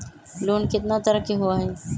Loan केतना तरह के होअ हई?